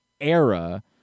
era—